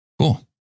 Cool